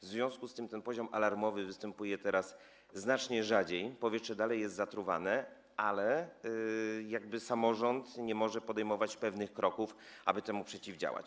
W związku z tym ten poziom alarmowy występuje teraz znacznie rzadziej, powietrze nadal jest zatruwane, ale samorząd nie może poczynić pewnych kroków, aby temu przeciwdziałać.